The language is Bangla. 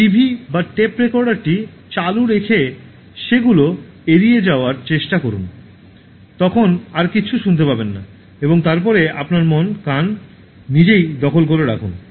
টিভি বা টেপ রেকর্ডারটি চালু রেখে সেগুলো এড়িয়ে যাওয়ার চেষ্টা করুন তখন আর কিছু শুনতে পাবেন না এবং তারপরে আপনার মন কান নিজেই দখল করে রাখুন